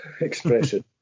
expression